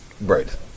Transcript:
Right